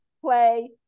play